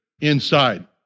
inside